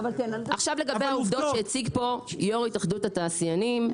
עכשיו לגבי העובדות שהציג פה יושב-ראש התאחדות התעשיינים,